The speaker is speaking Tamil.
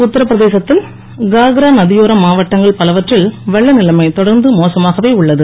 உத்தரபிரதேசத்தில் காக்ரா நதியோர மாவட்டங்கள் பலவற்றில் வெள்ள நிலமை தொடர்ந்து மோசமாகவே உள்ளது